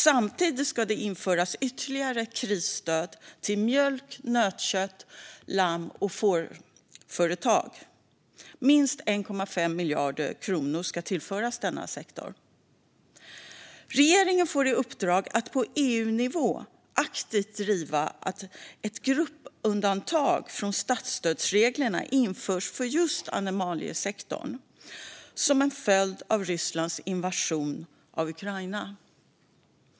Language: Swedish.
Samtidigt ska det införas ytterligare krisstöd till mjölk, nötkötts, lamm och fårföretag. Minst 1,5 miljarder kronor ska tillföras denna sektor. Regeringen får i uppdrag att på EU-nivå aktivt driva att ett gruppundantag från statsstödsreglerna införs för just animaliesektorn, som en följd av Rysslands invasion av Ukraina.